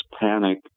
panic